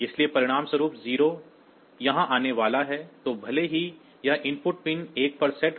इसलिए परिणामस्वरूप 0 यहां आने वाला है तो भले ही यह इनपुट पिन 1 पर सेट हो